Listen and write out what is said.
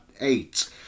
eight